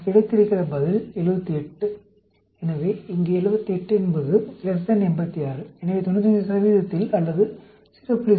நமக்கு கிடைத்திருக்கிற பதில் 78 எனவே இங்கே 78 என்பது 86 எனவே 95 இல் அல்லது 0